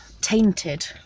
tainted